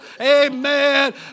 Amen